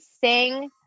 sing